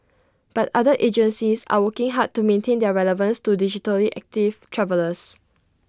but other agencies are working hard to maintain their relevance to digitally active travellers